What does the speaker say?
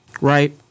right